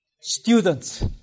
students